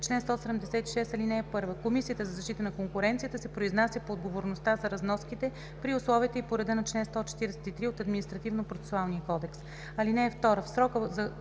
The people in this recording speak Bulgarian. „Чл. 176. (1) Комисията за защита на конкуренцията се произнася по отговорността за разноските при условията и по реда на чл. 143 от Административнопроцесуалния кодекс. (2)